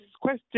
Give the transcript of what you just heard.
question